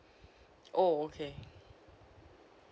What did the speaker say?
oh okay